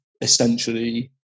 essentially